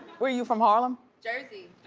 where you from, harlem? jersey.